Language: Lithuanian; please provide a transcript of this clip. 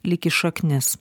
lyg į šaknis